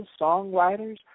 songwriters